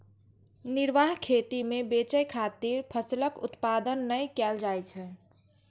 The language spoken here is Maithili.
निर्वाह खेती मे बेचय खातिर फसलक उत्पादन नै कैल जाइ छै